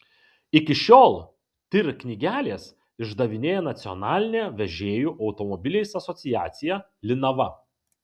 iki šiol tir knygeles išdavinėja nacionalinė vežėjų automobiliais asociacija linava